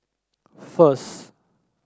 first